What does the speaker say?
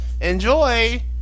Enjoy